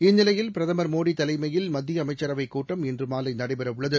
இந்நிலையில் பிரதமர் மோடி தலைமையில் மத்திய அமைச்சரவைக் கூட்டம் இன்று மாலை நடைபெற உள்ளது